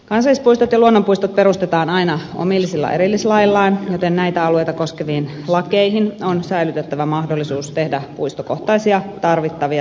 kansallispuistot ja luonnonpuistot perustetaan aina omilla erillislaeillaan joten näitä alueita koskeviin lakeihin on säilytettävä mahdollisuus tehdä puistokohtaisia tarvittavia poikkeussäännöksiä tulevaisuudessakin